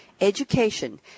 Education